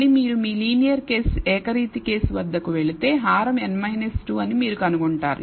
మళ్ళీ మీరు మీ లీనియర్ కేస్ ఏకరీతి కేసు వద్దకు వెళితే హారం n 2 అని మీరు కనుగొంటారు